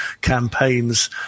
campaigns